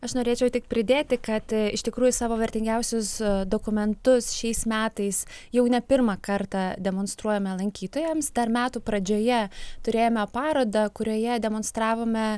aš norėčiau tik pridėti kad iš tikrųjų savo vertingiausius dokumentus šiais metais jau ne pirmą kartą demonstruojame lankytojams dar metų pradžioje turėjome parodą kurioje demonstravome